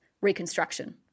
reconstruction